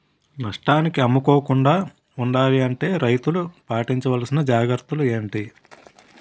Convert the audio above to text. నష్టానికి అమ్ముకోకుండా ఉండాలి అంటే రైతులు పాటించవలిసిన జాగ్రత్తలు ఏంటి